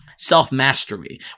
Self-mastery